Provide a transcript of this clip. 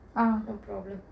ah no problem